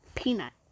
Peanut